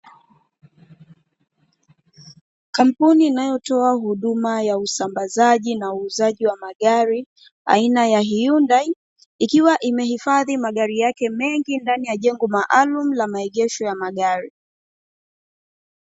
Kampuni inayotoa huduma ya usambazaji na uuzaji wa magari aina ya 'Hyundai', ikiwa imehifadhi magari yake mengi ndani ya jengo maalumu ya maegesho ya magari.